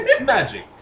magic